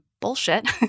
bullshit